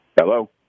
Hello